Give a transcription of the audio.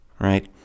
right